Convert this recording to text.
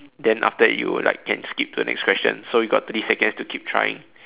then after that you like can skip to the next question so you got thirty seconds to keep trying